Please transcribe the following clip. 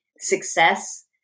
success